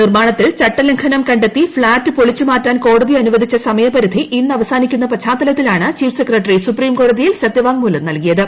നിർമ്മാണത്തിൽ ചട്ടലംഘനം കണ്ടെത്തി ഫ്ളാറ്റ് പൊളിച്ച് മാറ്റാൻ കോടതി അനുവദിച്ച സമയപരിധി ഇന്ന് അവസാനിക്കുന്ന പശ്ചാത്തലത്തിലാണ് ചീഫ് സെക്രട്ടറി സുപ്രീംകോടതിയിൽ സത്യവാങ്മൂലം നൽകിയത്